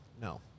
No